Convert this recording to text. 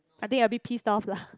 I think a bit pissed off lah